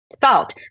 Salt